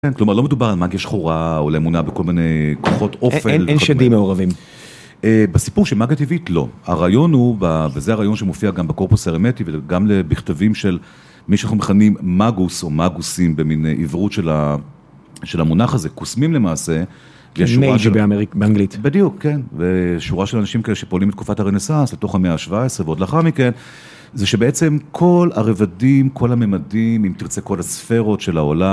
כלומר, לא מדובר על מגיה שחורה או על אמונה בכל מיני כוחות אופל. אין שדים מעורבים. בסיפור של מגיה טבעית, לא. הרעיון הוא, וזה הרעיון שמופיע גם בקורפוס הרמטי וגם בכתבים של מי שאנחנו מכנים, מגוס או מגוסים, במיני עברות של המונח הזה, קוסמים למעשה, יש שורה של... מייג'ה באנגלית. בדיוק, כן. ושורה של אנשים כאלה שפעולים בתקופת הרנסס, לתוך המאה ה-17 ועוד לאחר מכן, זה שבעצם כל הרבדים, כל הממדים, אם תרצה כל הספירות של העולם.